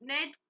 Ned